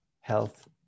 health